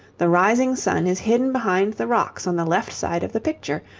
the rising sun is hidden behind the rocks on the left side of the picture,